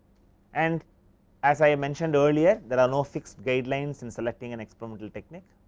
and as i mentioned earlier, there are no fixed guidelines in selecting an experimental technique.